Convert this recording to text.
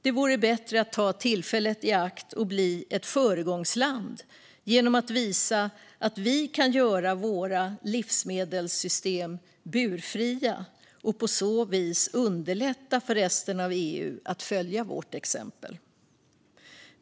Det är bättre att ta tillfället i akt och bli ett föregångsland genom att visa att vi kan göra våra livsmedelssystem burfria och på så vis underlätta för resten av EU att följa vårt exempel.